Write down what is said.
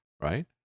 right